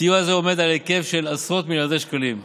סיוע זה עומד על היקף של עשרות מיליארדי שקלים.